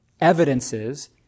evidences